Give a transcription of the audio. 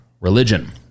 religion